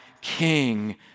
King